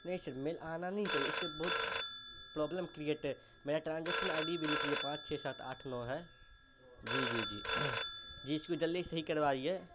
نہیں sir mail آنا نہیں چاہیے اس سے بہت پرابلم کریئٹ میرا ٹرانجیکشن آئی ڈی بھی لکھ لیجیے پانچ چھ سات آٹھ نو ہے جی جی جی جی اس کو جلدی صحیح کروائیے